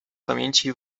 pamięci